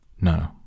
No